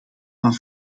van